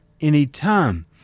anytime